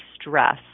stress